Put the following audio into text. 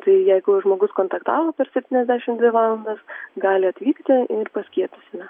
tai jeigu žmogus kontaktavo per spetyniasdešimt dvi valandas gali atvykti ir paskiepysime